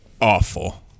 Awful